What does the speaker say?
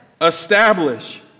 establish